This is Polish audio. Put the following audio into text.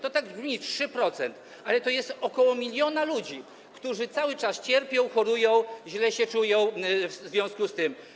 To tak brzmi: 3%, ale to jest ok. 1 mln ludzi, którzy cały czas cierpią, chorują i źle się czują w związku z tym.